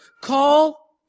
Call